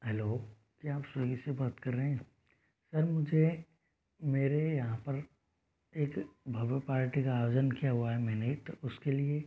hello क्या आप Swiggy से बात कर रहे हैं सर मुझे मेरे यहाँ पर एक भव्य पार्टी का आयोजन किया हुआ है मैंने तो उसके लिए